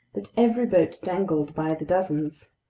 that every boat dangled by the dozens.